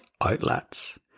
outlets